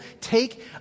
Take